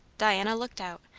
diana looked out,